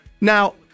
Now